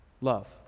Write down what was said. love